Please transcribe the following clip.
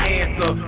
answer